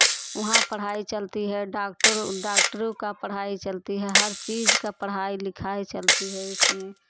वहाँ पढ़ाई चलती है डॉक्टर डॉक्टरों का पढ़ाई चलती है हर चीज का पढ़ाई लिखाई चलती है उसमें